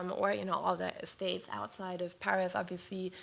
um or you know all the estates outside of paris, obviously.